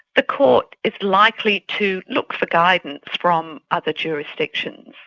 the court is likely to look for guidance from other jurisdictions.